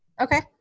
Okay